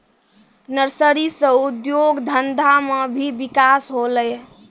nursery से उद्योग धंधा मे भी बिकास होलै